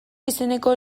izeneko